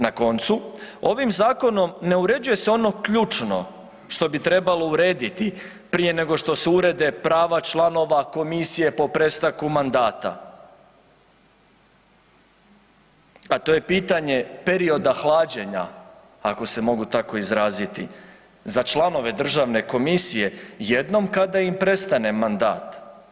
Na koncu, ovim zakonom ne uređuje se ono ključno što bi trebalo urediti prije nego što se urede prava članova komisije po prestanku mandata, a to je pitanje perioda hlađenja ako se mogu tako izraziti, za članove državne komisije jednom kada im prestane mandat.